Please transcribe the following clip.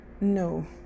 No